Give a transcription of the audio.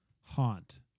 haunt